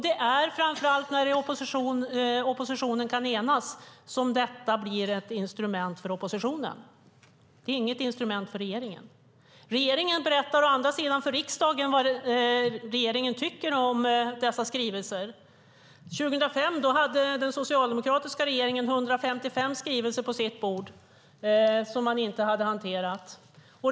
Det är framför allt när oppositionen kan enas som detta blir ett instrument för oppositionen. Det är inget instrument för regeringen. Regeringen berättar å andra sidan för riksdagen vad regeringen tycker om dessa skrivelser. År 2005 hade den socialdemokratiska regeringen 155 skrivelser på sitt bord som man inte hade hanterat.